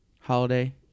holiday